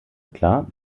klar